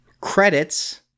credits